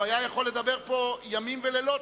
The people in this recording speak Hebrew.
הוא היה יכול לדבר פה ימים ולילות.